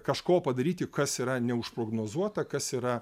kažko padaryti kas yra neužprognozuota kas yra